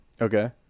Okay